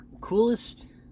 Coolest